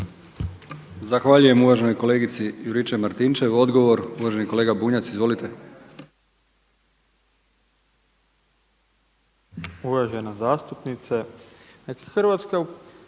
Zahvaljujem uvaženoj kolegici Juričev-Martinčev. Odgovor uvaženi kolega Bunjac. Izvolite. **Bunjac, Branimir